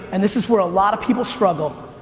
and this is where a lot of people struggle.